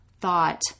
thought